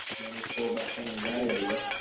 and we'll scroll back down to that area.